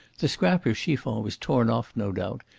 the scrap of chiffon was torn off, no doubt,